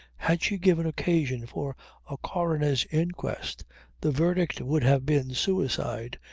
had she given occasion for a coroner's inquest the verdict would have been suicide,